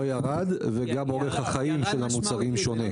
לא ירד וגם אורך החיים של המוצרים שונה.